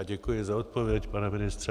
Děkuji za odpověď, pane ministře.